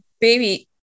baby